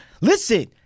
listen